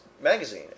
magazine